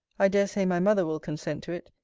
i dare say my mother will consent to it,